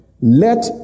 Let